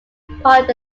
part